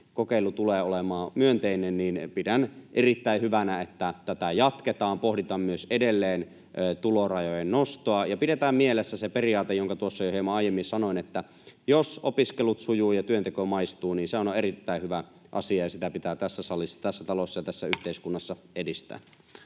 kokeilu tulee olemaan myönteinen, niin pidän erittäin hyvänä, että tätä jatketaan. Pohditaan myös edelleen tulorajojen nostoa ja pidetään mielessä se periaate, jonka tuossa jo hieman aiemmin sanoin, että jos opiskelut sujuvat ja työnteko maistuu, niin sehän on erittäin hyvä asia, ja sitä pitää tässä salissa, tässä talossa ja tässä yhteiskunnassa